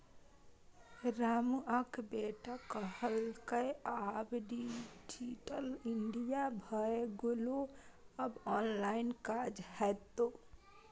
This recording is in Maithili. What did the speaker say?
रमुआक बेटा कहलकै आब डिजिटल इंडिया भए गेलै आब ऑनलाइन काज हेतै